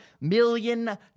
million